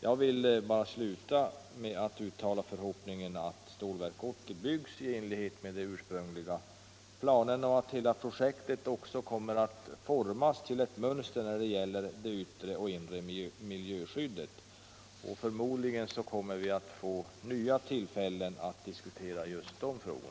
Jag vill sluta med att uttala förhoppningen att Stålverk 80 byggs i enlighet med de ursprungliga planerna och att hela projektet också formas till ett mönster när det gäller det yttre och inre miljöskyddet. Förmodligen får vi nya tillfällen att diskutera dessa frågor.